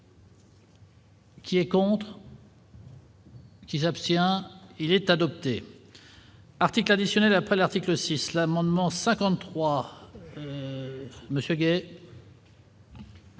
Qui est quand même. Qui s'abstient, il est adopté article additionnel après l'article 6 l'amendement 53 Monsieur Guey.